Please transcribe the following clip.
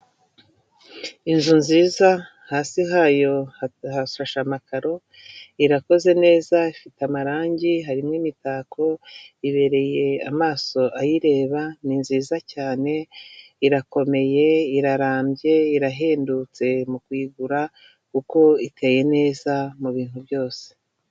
Inzu nziza hasi hayo hashashe amakaro irakoze neza ifite amarangi harimo imitako ibereye amaso ayireba ni nziza cyane irakomeye irarambye irahendutse mu kuyigura uko iteye neza mu bintu byose.